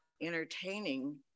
entertaining